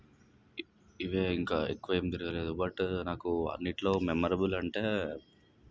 ఇవే ఇంకా ఎక్కువ ఏం తిరగలేదు బట్ నాకు అన్నిట్లో మెమొరబుల్ అంటే